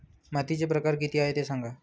मातीचे प्रकार किती आहे ते सांगा